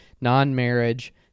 non-marriage